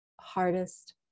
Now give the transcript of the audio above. hardest